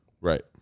Right